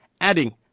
adding